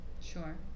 Sure